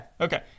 okay